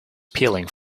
peeling